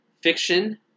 fiction